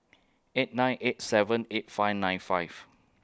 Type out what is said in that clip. eight nine eight seven eight five nine five